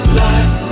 life